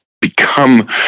become